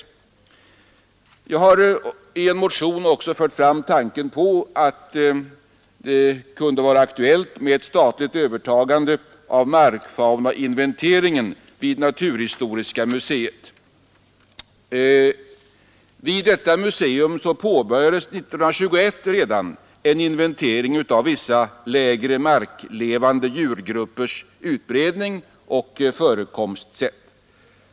Jag har i en motion också fört fram tanken på att det kunde vara aktuellt med ett statligt övertagande av markfaunainventeringen vid naturhistoriska museet. Vid detta museum påbörjades redan 1921 en inventering av vissa lägre marklevande djurgruppers utbredning och förekomstsätt.